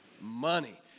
Money